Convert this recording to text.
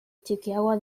txikiagoa